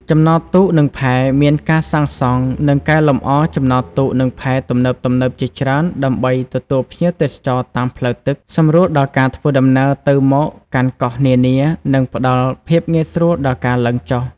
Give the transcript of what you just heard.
ចំណតទូក និងផែ មានការសាងសង់ និងកែលម្អ ចំណតទូក និងផែ ទំនើបៗជាច្រើន ដើម្បី ទទួលភ្ញៀវទេសចរតាមផ្លូវទឹក សម្រួលដល់ការធ្វើដំណើរទៅមកកាន់កោះនានា និងផ្តល់ភាពងាយស្រួលដល់ការឡើងចុះ។